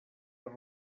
per